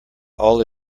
all